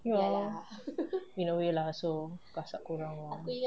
ya in a way lah so gasak korang lor